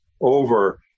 over